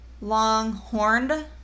longhorned